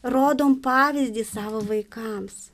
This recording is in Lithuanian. rodom pavyzdį savo vaikams